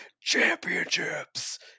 Championships